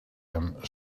hem